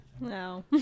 No